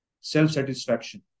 self-satisfaction